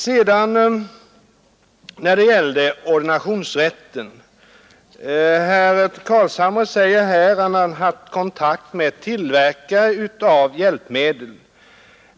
Beträffande ordinationsrätten säger herr Carlshamre att han har haft kontakt med tillverkare av hjälpmedel.